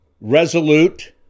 Resolute